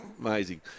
Amazing